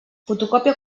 fotocòpia